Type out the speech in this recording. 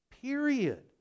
Period